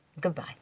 goodbye